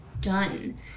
done